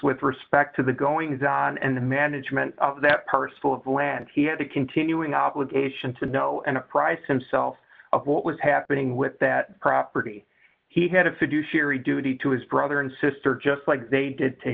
with respect to the goings on and the management of that purse full of land he had a continuing obligation to know and price himself of what was happening with that property he had a fiduciary duty to his brother and sister just like they did to